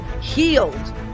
healed